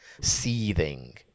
Seething